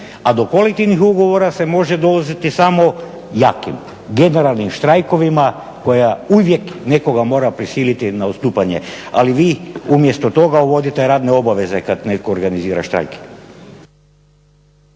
a do kolektivnih ugovora se može dolaziti samo jakim, generalnim štrajkovima koja uvijek nekoga mora prisiliti na odstupanje. Ali vi umjesto toga uvodite radne obaveze kada netko organizira štrajk.